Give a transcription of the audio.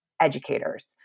educators